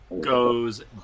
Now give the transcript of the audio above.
goes